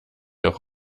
auch